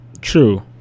True